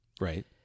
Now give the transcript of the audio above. Right